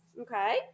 Okay